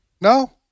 No